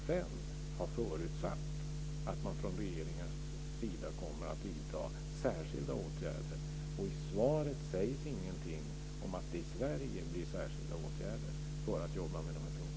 FN har förutsatt att man från regeringens sida kommer att vidta särskilda åtgärder. I svaret sägs ingenting om att det i Sverige blir särskilda åtgärder för att jobba med de här frågorna.